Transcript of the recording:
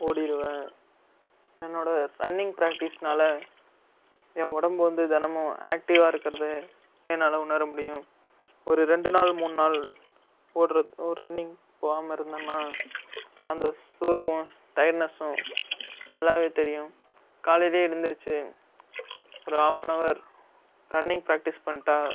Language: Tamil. ஓடிடுவேன் என்னோட ரன்னிங் ப்ராக்ட்டிஸ்னால் என் உடம்பு வந்து தினமும் ஆக்டிவ்வாக இருக்கிறது என்னால் உணர முடியும் ஒரு ரெண்டு நாள் மூணு நாள் ஓடுகிற ரன்னிங் போகாமல் இருந்தன்னால் அந்த சோர்வும் டயர்ட்னஸ்ஸும் நல்லாவே தெரியும் காலையிலே எழுந்திரிச்சு ஒரு ஹாஃப் ஹவர் ரன்னிங் ப்ராக்டிஸ் பண்ணிட்டால்